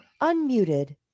Unmuted